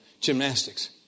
gymnastics